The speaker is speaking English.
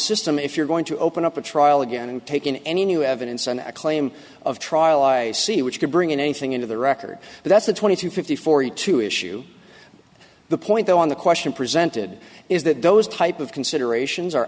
system if you're going to open up a trial again and take in any new evidence and a claim of trial i see which could bring anything into the record but that's a twenty to fifty forty two issue the point though on the question presented is that those type of considerations